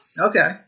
Okay